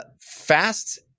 fast